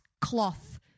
cloth